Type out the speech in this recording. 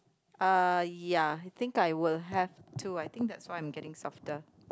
uh ya I think I will have to I think that's why I'm getting softer